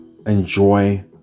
Enjoy